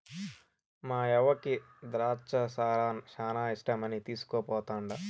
మాయవ్వకి ద్రాచ్చ సారా శానా ఇష్టమని తీస్కుపోతండా